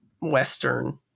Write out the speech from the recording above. Western